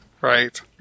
right